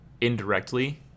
indirectly